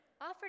offer